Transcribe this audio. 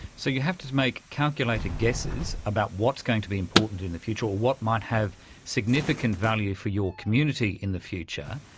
so you have to make calculated guesses about what's going to be important in the future or what might have significant value for your community in the future,